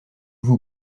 vous